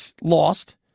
lost